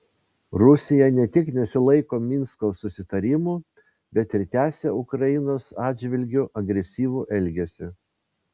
rusija ne tik nesilaiko minsko susitarimų bet ir tęsia ukrainos atžvilgiu agresyvų elgesį